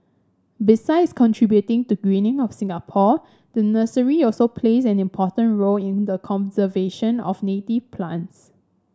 besides contributing to the greening of Singapore the nursery also plays an important role in the conservation of native plants